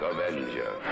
Avenger